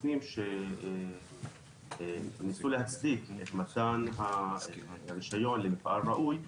הפנים ניסו להצדיק את מתן הרישיון למפעל ראוי,